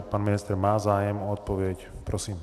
Pan ministr má zájem o odpověď. Prosím.